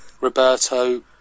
Roberto